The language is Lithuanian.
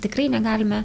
tikrai negalime